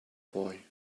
boy